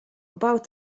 about